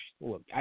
Look